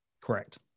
Correct